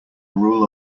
rule